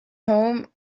home